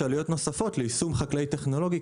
יש עלויות נוספות ליישום חקלאי טכנולוגי,